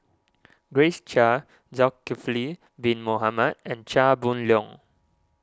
Grace Chia Zulkifli Bin Mohamed and Chia Boon Leong